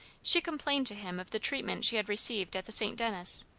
she complained to him of the treatment she had received at the st. denis,